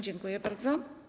Dziękuję bardzo.